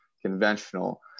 conventional